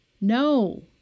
No